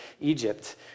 Egypt